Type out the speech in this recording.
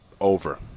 over